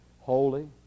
holy